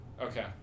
okay